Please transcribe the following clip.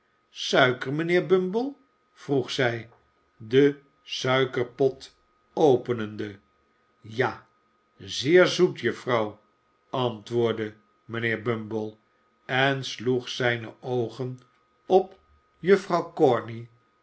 mijnheer bumble vroeg zij den suikerpot opnemende ja zeer zoet juffrouw antwoordde mijnheer bumble en sloeg zijne oogen op